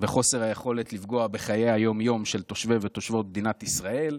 וחוסר היכולת לפגוע בחיי היום-יום של תושבי ותושבות מדינת ישראל,